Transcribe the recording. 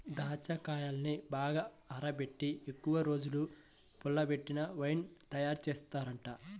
దాచ్చాకాయల్ని బాగా ఊరబెట్టి ఎక్కువరోజులు పుల్లబెట్టి వైన్ తయారుజేత్తారంట